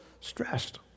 stressed